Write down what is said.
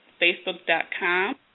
facebook.com